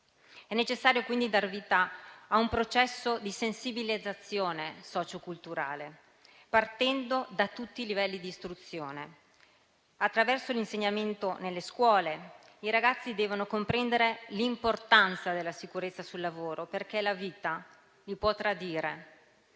È necessario quindi dar vita a un processo di sensibilizzazione socioculturale, partendo da tutti i livelli di istruzione. Attraverso l'insegnamento nelle scuole, i ragazzi devono comprendere l'importanza della sicurezza sul lavoro, perché la vita potrà dire